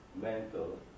mental